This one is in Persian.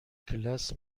کلاس